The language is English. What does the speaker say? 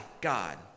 God